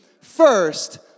first